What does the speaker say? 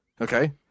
Okay